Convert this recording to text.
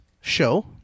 show